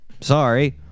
Sorry